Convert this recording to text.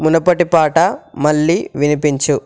మునపటి పాట మళ్ళీ వినిపించు